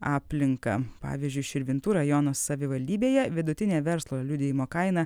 aplinka pavyzdžiui širvintų rajono savivaldybėje vidutinė verslo liudijimo kaina